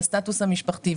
בסטטוס המשפחתי,